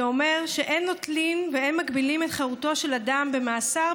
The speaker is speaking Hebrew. שאומר שאין נוטלים ואין מגבילים את חירותו של אדם במאסר,